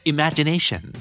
Imagination